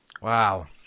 wow